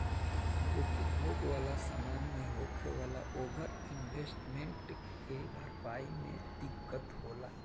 उपभोग वाला समान मे होखे वाला ओवर इन्वेस्टमेंट के भरपाई मे दिक्कत होला